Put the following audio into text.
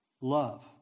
Love